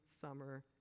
summer